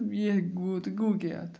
یہِ ہیٚکہِ گوٚو تہٕ گوٚو کیٛاہ اَتھ